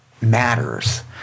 matters